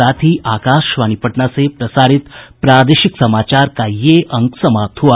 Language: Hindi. इसके साथ ही आकाशवाणी पटना से प्रसारित प्रादेशिक समाचार का ये अंक समाप्त हुआ